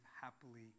happily